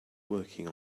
working